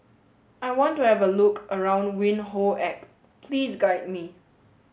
I want to have a look around Windhoek Please guide me